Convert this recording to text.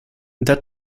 that